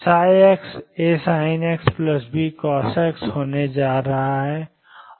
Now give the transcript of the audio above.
ψ AsinkxBcoskx होने जा रहा है